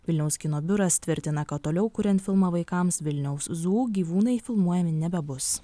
vilniaus kino biuras tvirtina kad toliau kuriant filmą vaikams vilniaus zu gyvūnai filmuojami nebebus